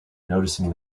noticing